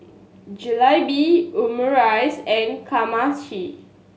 Jalebi Omurice and Kamameshi